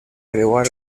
creuar